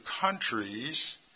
countries